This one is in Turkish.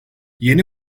yeni